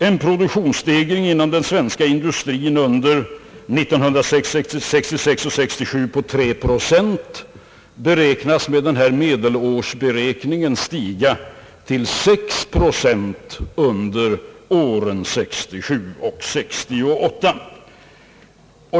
En produktionsstegring inom den svenska industrin under 1966—1967 på 3 procent uppskattas med denna medelårsberäkning stiga till 6 procent under åren 1967—1968.